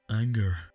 Anger